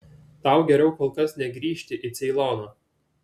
tau geriau kol kas negrįžti į ceiloną